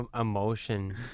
Emotion